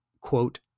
quote